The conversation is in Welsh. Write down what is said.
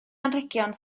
anrhegion